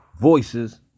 voices